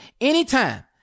anytime